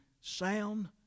sound